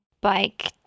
bike